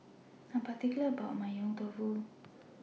I Am particular about My Yong Tau Foo